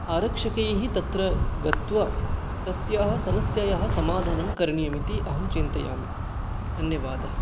आरक्षकैः तत्र गत्वा तस्याः समस्यायाः समाधानं करणीयम् इति अहं चिन्तयामि धन्यवादः